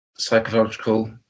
psychological